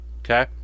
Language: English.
okay